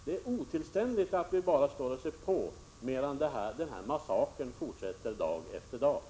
Det är otillständigt att vi bara står och ser på medan denna massaker Prot. 1986/87:78